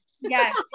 Yes